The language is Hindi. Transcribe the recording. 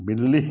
बिल्ली